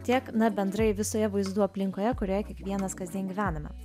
tiek na bendrai visoje vaizdų aplinkoje kurioje kiekvienas kasdien gyvename